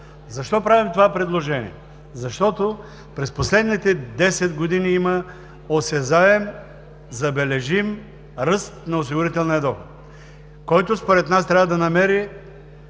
Защо правим това предложение? Защото през последните десет години има осезаем, забележим ръст на осигурителния доход, който, според нас, трябва да намери